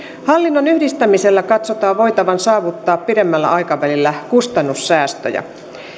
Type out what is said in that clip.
hallinnon yhdistämisellä katsotaan voitavan saavuttaa pidemmällä aikavälillä kustannussäästöjä